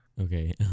Okay